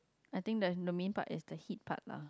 I think the main part is the heat part lah